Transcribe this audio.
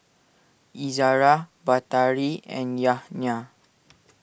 Izara Batari and Yahya